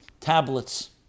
tablets